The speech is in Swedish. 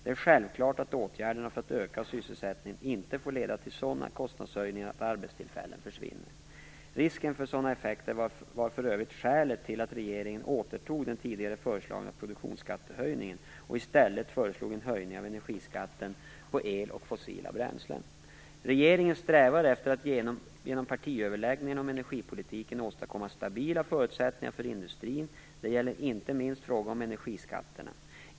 Det är självklart att åtgärderna för att öka sysselsättningen inte får leda till sådana kostnadshöjningar att arbetstillfällen försvinner. Risken för sådana effekter var för övrigt skälet till att regeringen återtog den tidigare föreslagna produktionsskattehöjningen och i stället föreslog en höjning av energiskatten på el och fossila bränslen. Regeringen strävar efter att genom partiöverläggningarna om energipolitiken åstadkomma stabila förutsättningar för industrin. Det gäller inte minst i fråga om energiskatterna.